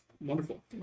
wonderful